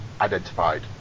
identified